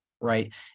Right